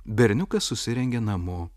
berniukas susirengė namo